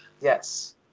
Yes